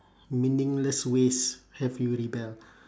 meaningless ways have you rebelled